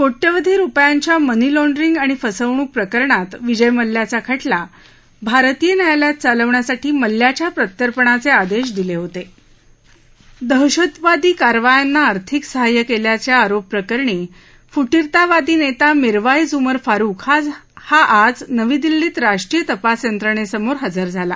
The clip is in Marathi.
कोटयावधी रुपयांच्या मनी लॉड्रिंग आणि फसवणूक प्रकरणात विजय मल्ल्याचा खटला भारतीय न्यायालयात चालवण्यासाठी मल्ल्याच्या प्रत्यर्पणाचआदशादिलहित दहशतवादी कारवायांना आर्थिक सहाय्य क्ल्याच्या आरोप प्रकरणी फुटीरतावादी नत्ती मिरवाईज उमर फारुक हा आज नवी दिल्लीत राष्ट्रीय तपास यंत्रणस्मोर हजर झाला